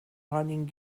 running